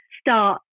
start